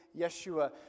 Yeshua